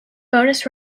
bonus